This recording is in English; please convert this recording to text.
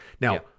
Now